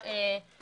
חברת הגבייה,